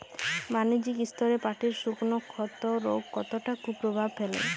বাণিজ্যিক স্তরে পাটের শুকনো ক্ষতরোগ কতটা কুপ্রভাব ফেলে?